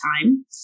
time